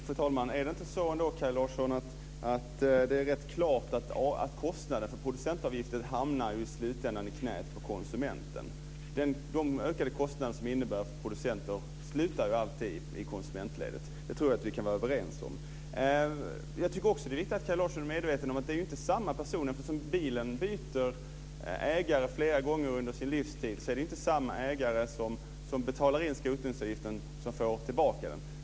Fru talman! Är det inte så, Kaj Larsson, att det är rätt klart att kostnaden för producentavgifter i slutändan hamnar i knät på konsumenten? De ökade kostnader som det innebär för producenten slutar alltid i konsumentledet. Det tror jag att vi kan vara överens om. Jag tycker också att det är viktigt att Kaj Larsson är medveten om att det inte är samma personer. Eftersom bilen byter ägare flera gånger under sin livstid är det inte samma ägare som betalar in skrotningsavgiften som får tillbaka den.